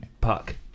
puck